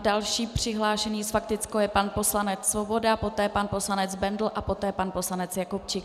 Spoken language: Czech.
Další přihlášený s faktickou je pan poslanec Svoboda, poté pan poslanec Bendl a poté pan poslanec Jakubčík.